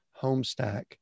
homestack